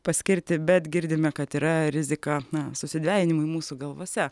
paskirti bet girdime kad yra rizika na susidvejinimai mūsų galvose